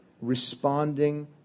Responding